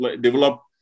develop